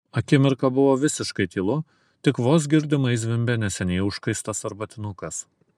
akimirką buvo visiškai tylu tik vos girdimai zvimbė neseniai užkaistas arbatinukas